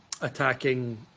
attacking